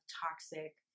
toxic